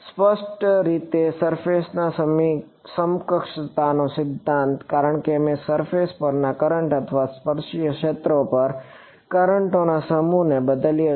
સ્પષ્ટ રીતે સરફેસ ની સમકક્ષતાનો સિદ્ધાંત કારણ કે મેં સરફેસ પરના કરંટ અથવા સ્પર્શિય ક્ષેત્રો પર કરંટોના સમૂહને બદલ્યો છે